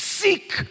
Seek